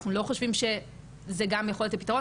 אבל אנחנו לא חושבים שזה גם יכול להיות הפתרון,